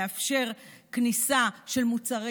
לאפשר כניסה של מוצרים.